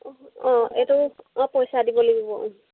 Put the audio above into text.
অঁ এইটো অঁ পইচা দিব লাগিব